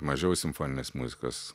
mažiau simfoninės muzikos